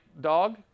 dog